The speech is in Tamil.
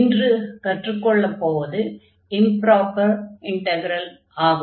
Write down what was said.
இன்று கற்றுக்கொள்ளப் போவது இம்ப்ராப்பர் இன்டக்ரல் ஆகும்